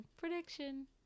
Prediction